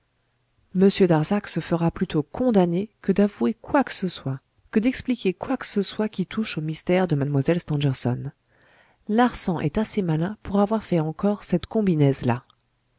darzac se fera plutôt condamner que d'avouer quoi que ce soit que d'expliquer quoi que ce soit qui touche au mystère de mlle stangerson larsan est assez malin pour avoir fait encore cette